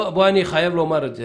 אני חייב לומר את זה.